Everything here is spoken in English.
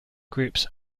groups